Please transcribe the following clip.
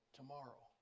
tomorrow